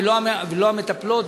ולא המטפלות,